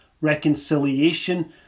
reconciliation